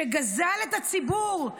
שגזל את הציבור.